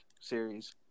series